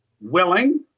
willing